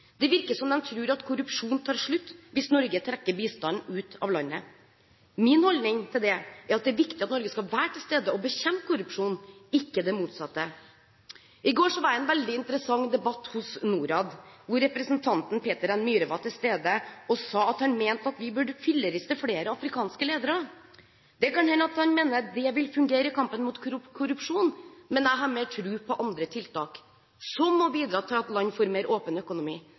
Det virker som at de tror at korrupsjonen tar slutt hvis Norge trekker bistanden ut av landet. Min holdning til det er at det er viktig at Norge skal være til stede og bekjempe korrupsjonen, ikke det motsatte. I går var jeg i en veldig interessant debatt hos Norad, hvor representanten Peter N. Myhre var til stede. Han mente at vi burde filleriste flere afrikanske ledere. Det kan hende han mener at det vil fungere i kampen mot korrupsjon, men jeg har mer tro på andre tiltak, som å bidra til at land får en mer åpen økonomi,